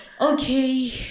Okay